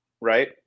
right